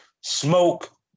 Smoke